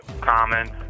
common